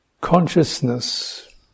consciousness